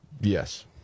Yes